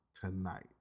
Tonight